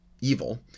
evil